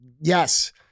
Yes